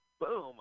Boom